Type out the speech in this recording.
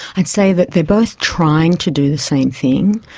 i'd say that they're both trying to do the same thing,